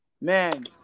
man